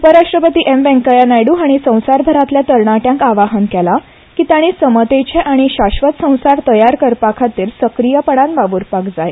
उपराष्ट्रपती एम वेंकय्या नायडू हाणी संसारभरातल्या तरणाट्यांक आवाहन केला की ताणी नितीचे आनी ीींरिळपरलश्रश संसार तयार करपाखातीर सक्रीयपणान वाव्रपाक जाय